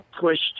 pushed